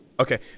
Okay